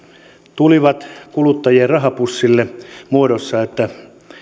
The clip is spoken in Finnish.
tulivat kuluttajien rahapussille siinä muodossa että